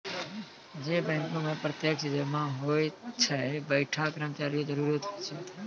जै बैंको मे प्रत्यक्ष जमा होय छै वैंठा कर्मचारियो के जरुरत होय छै